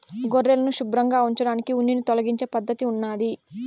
గొర్రెలను శుభ్రంగా ఉంచడానికి ఉన్నిని తొలగించే పద్ధతి ఉన్నాది